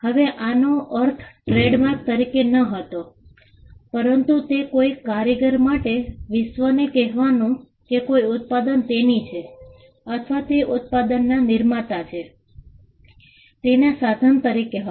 હવે આનો અર્થ ટ્રેડમાર્ક તરીકે ન હતો પરંતુ તે કોઈ કારીગર માટે વિશ્વને કહેવાનું કે કોઈ ઉત્પાદન તેની છે અથવા તે ઉત્પાદનનો નિર્માતા છે તેના સાધન તરીકે હતો